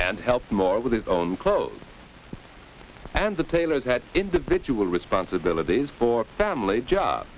and helped more with his own clothes and the painters had individual responsibilities for family job